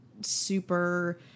super